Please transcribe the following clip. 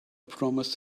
promised